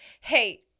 hey